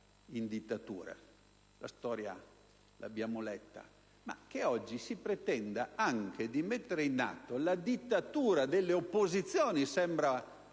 la storia - ma che oggi si pretenda anche di mettere in atto la dittatura delle opposizioni sembra